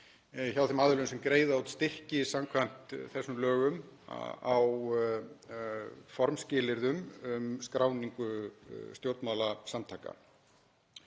hjá þeim aðilum sem greiða út styrki samkvæmt þessum lögum á formskilyrðum um skráningu stjórnmálasamtaka.